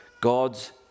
God's